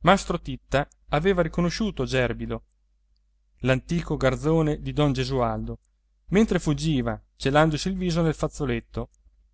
mastro titta aveva riconosciuto gerbido l'antico garzone di don gesualdo mentre fuggiva celandosi il viso nel fazzoletto